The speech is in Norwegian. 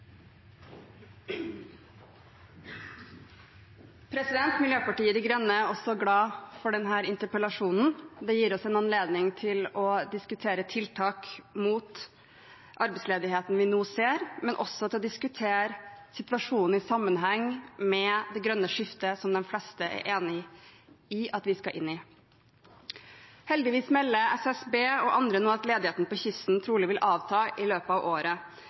også glad for denne interpellasjonen. Det gir oss en anledning til å diskutere tiltak mot den arbeidsledigheten vi nå ser, men også til å diskutere situasjonen i sammenheng med det grønne skiftet, som de fleste er enige om at vi skal inn i. Heldigvis melder SSB og andre nå at ledigheten på kysten trolig vil avta i løpet av året,